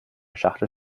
schachtel